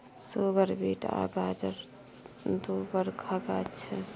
सुगर beet आ गाजर दु बरखा गाछ छै